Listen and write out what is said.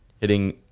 hitting